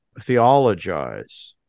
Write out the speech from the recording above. theologize